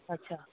अच्छा